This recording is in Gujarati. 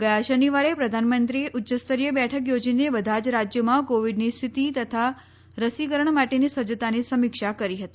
ગયા શનિવારે પ્રધાનમંત્રીએ ઉચ્યસ્તરીય બેઠક યોજીને બધા જ રાજ્યોમાં કોવીડની સ્થિતિ તથા રસીકરણ માટેની સજ્જતાની સમીક્ષા કરી હતી